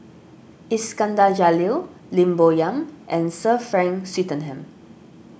Iskandar Jalil Lim Bo Yam and Sir Frank Swettenham